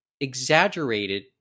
exaggerated